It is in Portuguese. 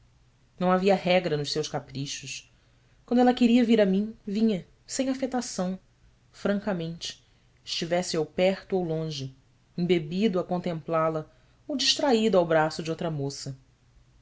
não havia regra nos seus caprichos quando ela queria vir a mim vinha sem afetação francamente estivesse eu perto ou longe embebido a contemplá-la ou distraído ao braço de outra moça